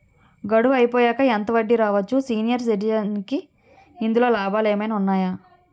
గడువు అయిపోయాక ఎంత వడ్డీ రావచ్చు? సీనియర్ సిటిజెన్ కి ఇందులో లాభాలు ఏమైనా ఉన్నాయా?